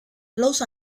los